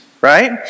right